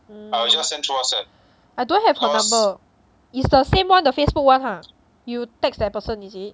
mm I don't have the number is the same [one] the facebook [one] ha you text that person is it